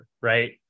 right